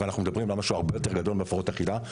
אבל אנחנו מדברים על משהו הרבה יותר גדול מהפרעות אכילה,